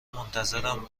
منتظرم